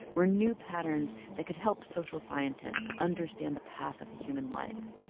were new patterns that could help social scientists understand the path of a human life.